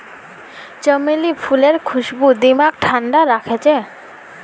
चमेली फूलेर खुशबू दिमागक ठंडा राखछेक